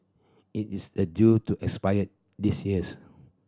it is a due to expire this years